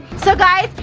so guys,